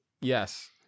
yes